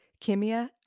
Kimia